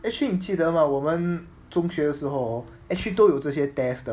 actually 你记得吗我们中学的时候 hor actually 都有这些 test 的